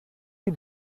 die